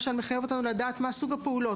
שמחייב אותנו לדעת מה סוג הפעולות.